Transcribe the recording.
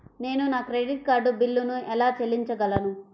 నేను నా credit card బిల్లును ఎలా చెల్లించగలను?